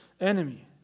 enemy